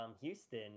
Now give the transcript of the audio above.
Houston